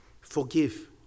Forgive